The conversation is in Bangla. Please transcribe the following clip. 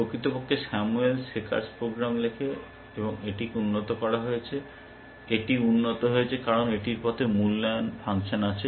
প্রকৃতপক্ষে স্যামুয়েল সেকারস প্রোগ্রাম খেলে এটিকে উন্নত করা হয়েছে এটি উন্নত হয়েছে কারণ এটির পথে মূল্যায়ন ফাংশন আছে